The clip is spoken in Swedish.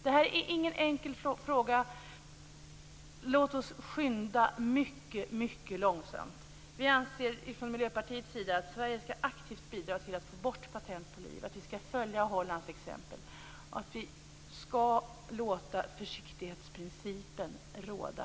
Detta är ingen enkel fråga. Låt oss skynda mycket långsamt. Vi från Miljöpartiet anser att Sverige aktivt skall bidra till att få bort patent på liv. Vi borde följa Hollands exempel. Det är försiktighetsprincipen som bör råda.